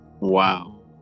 Wow